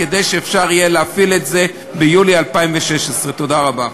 כדי שאפשר יהיה להפעיל את זה ביולי 2016. תודה רבה.